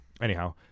Anyhow